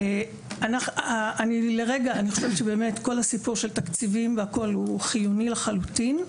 אני חושבת שכל הסיפור של תקציבים הוא חיוני לחלוטין,